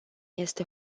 este